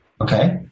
Okay